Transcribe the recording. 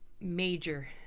major